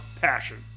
passion